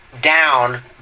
down